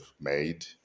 made